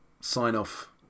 sign-off